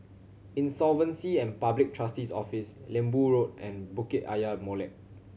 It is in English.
Insolvency and Public Trustee's Office Lembu Road and Bukit Ayer Molek